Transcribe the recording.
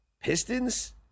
Pistons